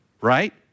right